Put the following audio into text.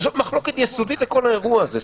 זאת מחלוקת יסודית לכל האירוע הזה.